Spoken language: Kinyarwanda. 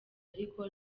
ariko